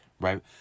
right